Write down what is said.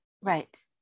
Right